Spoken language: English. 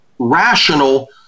rational